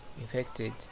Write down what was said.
infected